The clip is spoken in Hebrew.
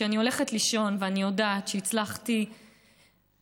כשאני הולכת לישון ואני יודעת שהצלחתי להציל,